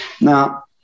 Now